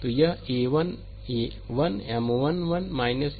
तो यह a 1 1 M 1 1 a 21 यह बात है